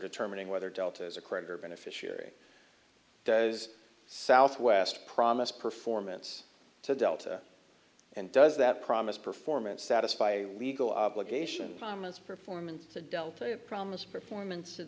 determining whether delta is a creditor beneficiary does southwest promise performance to delta and does that promise performance satisfy a legal obligation promise performance a delta a promise performance of